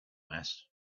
mass